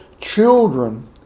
children